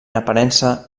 aparença